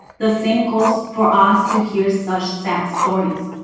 the same goes for us to hear such sad stories.